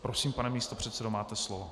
Prosím, pane místopředsedo, máte slovo.